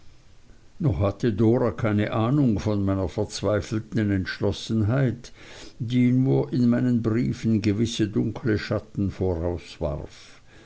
hatte dora keine ahnung von meiner verzweifelten entschlossenheit die nur in meinen briefen gewisse dunkle schatten